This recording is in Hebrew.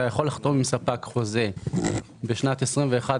אתה יכול לחתום עם ספק חוזה בשנת 2021,